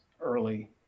early